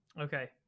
Okay